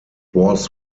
was